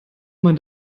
man